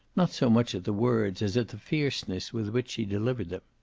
not so much at the words as at the fierceness with which she delivered them.